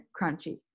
crunchy